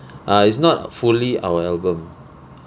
ah it's not fully our album